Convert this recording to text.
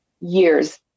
Years